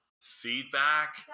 feedback